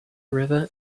river